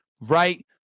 right